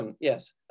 yes